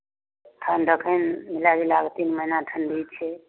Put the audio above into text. ठण्ड एखन मिला जुलाके तीन महिना ठण्डी छै